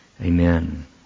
Amen